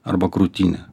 arba krūtinę